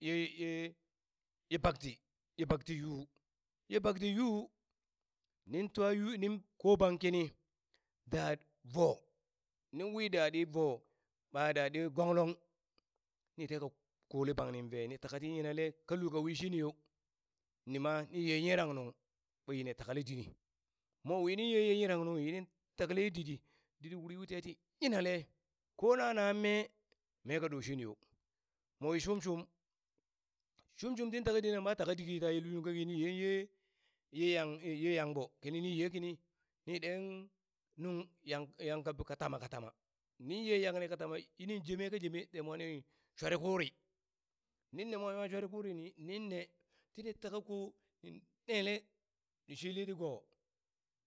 Ye ye ye bakti ye bakti, yu ye bakti yu nin twa yu nin ko bang kini da voo nin wi da ɗi voo ɓa daa ɗi gonglong ni teka kole bangnin ve ni taka ti yinale ka lul ka wishini yo nima ni ye yirang nung ɓa yini takele dini mowi nin ye ye yirang nunghi yinin takale ye didi ditdi wuri u te ti yinale kona naan na mee mee ka doshiniyo, mowi shumshum, shumshum, tin taka dina ɓa taka diki taye yunung ka ki nin ye ye ye yang ye yangbo kini ni ye kini ni den nung yang yang ka b ka tama ka tama nin ye yangni ka tama yinin jeme ka jeme te mwani shware kuri nin ne mwa ywa shware kuri ni nin ne tini taka ko ni nele ni shili ti go̱o̱